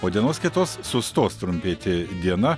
po dienos kitos sustos trumpėti diena